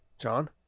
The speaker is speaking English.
John